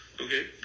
Okay